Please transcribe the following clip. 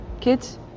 kids